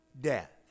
death